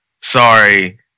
sorry